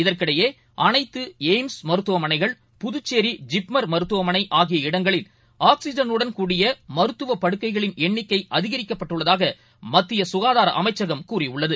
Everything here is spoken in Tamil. இதற்கிடையே அனைத்துளய்ம்ஸ் மருத்துவமனைகள் புதுச்சேரி ஜிப்மர் மருத்தவமனைஆகிய இடங்களில் ஆக்சிறன் க்படிய மருத்துவப்படுக்கைகளின் எண்ணிக்கை அதிகரிக்கப்பட்டுள்ளதாகமத்தியசுகாதார அமைச்சகம் கூறியுள்ளது